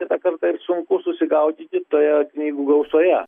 kitą kartą ir sunku susigaudyti toje knygų gausoje